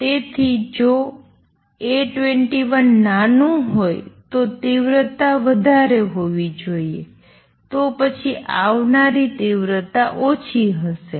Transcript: તેથી જો A21 નાનું હોય તો ઇંટેંસિટી વધારે હોવી જોઈએ તોપછી આવનારી તીવ્રતા ઓછી હશે